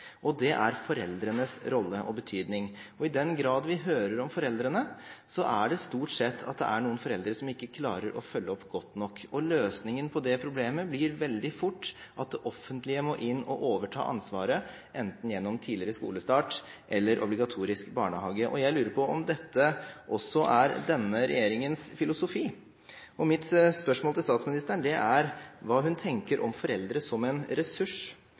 og det er foreldrenes rolle og betydning. I den grad vi hører om foreldrene, er det stort sett at det er noen foreldre som ikke klarer å følge opp godt nok. Løsningen på det problemet blir veldig fort at det offentlige må inn og overta ansvaret, enten gjennom tidligere skolestart eller gjennom obligatorisk barnehage. Jeg lurer på om dette også er denne regjeringens filosofi. Mitt spørsmål til statsministeren er hva hun tenker om foreldre som en ressurs